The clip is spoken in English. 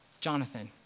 Jonathan